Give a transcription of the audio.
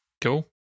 Cool